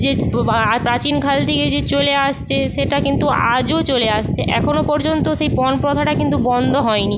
যে প্রাচীন কাল থেকে যে চলে আসছে সেটা কিন্তু আজও চলে আসছে এখনও পর্যন্ত সেই পণ প্রথাটা কিন্তু বন্ধ হয়নি